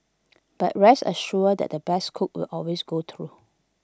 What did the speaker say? but rest assured the best cook will always go through